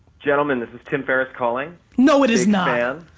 gentlemen, this is tim ferris calling. no it is not. ah